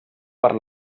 per